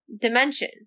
dimension